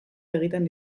egiten